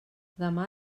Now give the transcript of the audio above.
demà